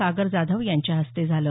सागर जाधव यांच्या हस्ते झालं